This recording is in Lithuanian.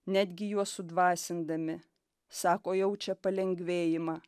netgi juos sudvasindami sako jaučia palengvėjimą